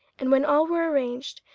and when all were arranged,